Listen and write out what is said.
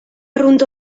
arrunt